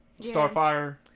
Starfire